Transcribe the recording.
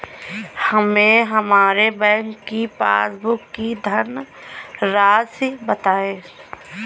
हमें हमारे बैंक की पासबुक की धन राशि बताइए